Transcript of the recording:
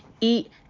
eat